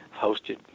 hosted